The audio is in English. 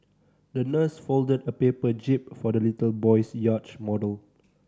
the nurse folded a paper jib for the little boy's yacht model